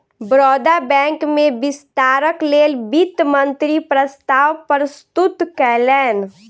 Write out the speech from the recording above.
Baroda bank में विस्तारक लेल वित्त मंत्री प्रस्ताव प्रस्तुत कयलैन